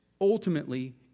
ultimately